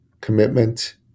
commitment